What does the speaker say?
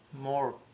more